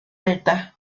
alta